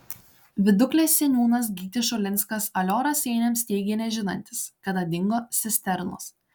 viduklės seniūnas gytis šulinskas alio raseiniams teigė nežinantis kada dingo cisternos